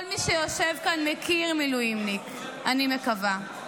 כל מי שיושב כאן מכיר מילואימניק, אני מקווה.